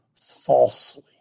falsely